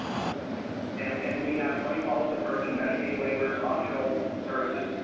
and and we have money follows the person, medicaid waivers, optional services,